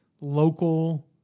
local